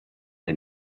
den